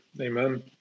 Amen